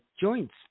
joints